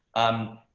um,